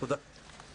תודה.